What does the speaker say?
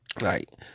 right